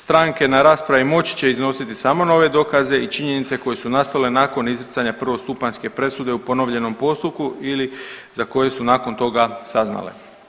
Stranke na raspravi moći će iznositi samo nove dokaze i činjenice koje su nastale nakon izricanja prvostupanjske presude u ponovljenom postupku ili za koje su nakon toga saznale.